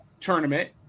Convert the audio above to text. Tournament